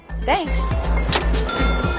Thanks